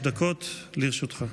דקות לרשותך.